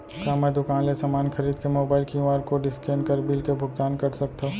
का मैं दुकान ले समान खरीद के मोबाइल क्यू.आर कोड स्कैन कर बिल के भुगतान कर सकथव?